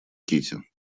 кити